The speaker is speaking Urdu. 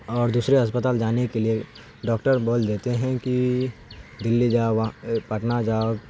اور دوسرے اسپتال جانے کے لیے ڈاکٹر بول دیتے ہیں کہ دلی جاؤ پٹنہ جاؤ